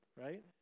right